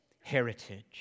heritage